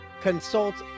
consults